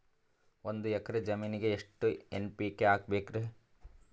ಒಂದ್ ಎಕ್ಕರ ಜಮೀನಗ ಎಷ್ಟು ಎನ್.ಪಿ.ಕೆ ಹಾಕಬೇಕರಿ?